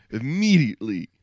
immediately